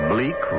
bleak